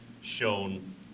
shown